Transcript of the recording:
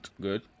Good